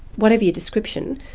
whatever your description,